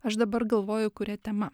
aš dabar galvoju kuria tema